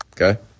Okay